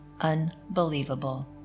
Unbelievable